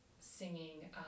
singing